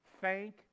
thank